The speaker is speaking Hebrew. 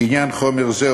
לעניין חומר זה,